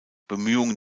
bemühungen